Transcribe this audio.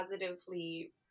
positively